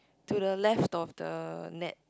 to the left of the net